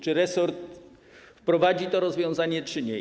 Czy resort wprowadzi to rozwiązanie, czy nie?